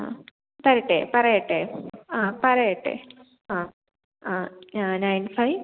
ആ തരട്ടേ പറയട്ടേ ആ പറയട്ടേ ആ ആ ആ നൈൻ ഫൈവ്